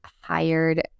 hired